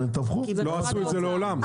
לא עשו את זה מעולם.